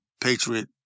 Patriot